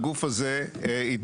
הגוף הזה התבטל,